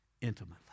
intimately